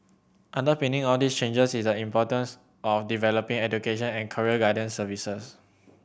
underpinning all these changes is the importance of developing education and career guidance services